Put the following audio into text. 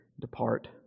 depart